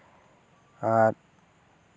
ᱟᱨ